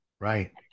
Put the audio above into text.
right